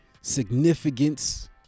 significance